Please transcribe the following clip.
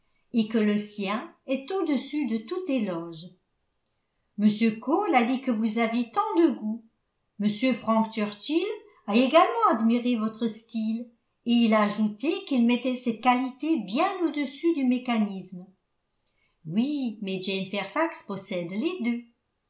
et que le sien est au-dessus de tout éloge m cole a dit que vous aviez tant de goût m frank churchill a également admiré votre style et il a ajouté qu'il mettait cette qualité bien au-dessus du mécanisme oui mais jane fairfax possède les deux